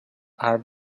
are